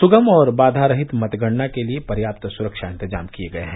सुगम और बाधा रहित मतगणना के लिए पर्याप्त सुरक्षा इंतजाम किए गए हैं